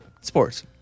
Sports